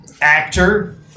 Actor